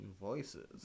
Voices